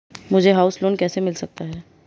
मुझे house loan कैसे मिल सकता है?